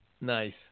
nice